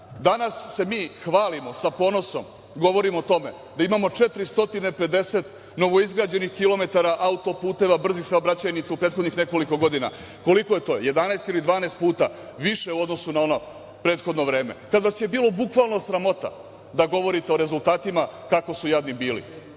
danas. Danas se mi hvalimo sa ponosom govorimo o tome da imamo 450 novo izgrađenih kilometara auto-puteva, brzih saobraćajnica u prethodnih nekoliko godina. Koliko je to 11 ili 12 puta više u odnosu na ono prethodno vreme kada vas je bilo bukvalno sramota da govorite o rezultatima kako su jadni bili.